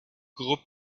groupe